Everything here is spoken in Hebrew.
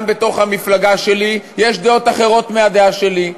גם בתוך המפלגה שלי יש דעות אחרות מהדעה שלי.